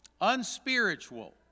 unspiritual